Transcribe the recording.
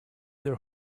their